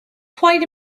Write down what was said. quite